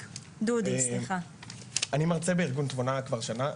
אני מרצה בארגון "תבונה" כבר שנה.